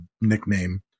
nickname